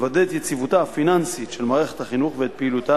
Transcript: לוודא את יציבותה הפיננסית של מערכת החינוך ואת פעילותה